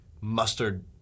mustard